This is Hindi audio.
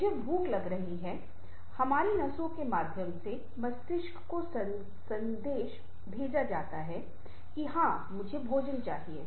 मुझे भूख लग रही है हमारी नसों के माध्यम से मस्तिष्क को संदेश भेजा जाता है कि हां मुझे कुछ भोजन चाहिए